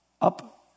up